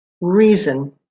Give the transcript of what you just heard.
reason